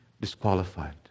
disqualified